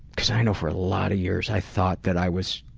because i know for a lot of years i thought that i was